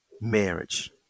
marriage